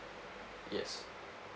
yes